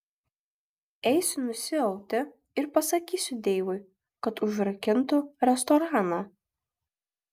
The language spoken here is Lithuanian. eisiu nusiauti ir pasakysiu deivui kad užrakintų restoraną